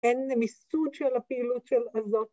‫אין מיסוד של הפעילות של הזאת.